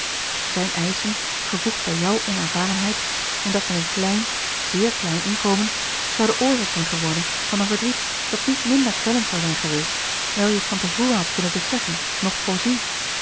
zijne eischen gevoegd bij jouw onervarenheid en dat met een klein zeer klein inkomen zouden oorzaak zijn geworden van een verdriet dat niet minder kwellend zou zijn geweest wijl je het van te voren hadt kunnen beseffen noch voorzien